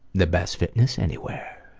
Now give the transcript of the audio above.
the best fitness anywhere.